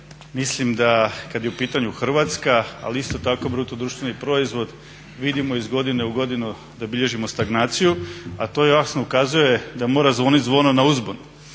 Mislim da kad je u pitanju Hrvatska, ali isto tako BDP vidimo iz godine u godinu da bilježimo stagnaciju, a to jasno ukazuje da mora zvonit zvono na uzbunu.